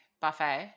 buffet